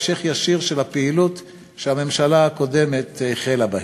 המשך ישיר של הפעילות שהממשלה הקודמת החלה בה.